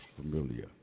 familiar